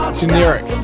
generic